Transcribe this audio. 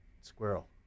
squirrel